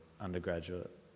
undergraduate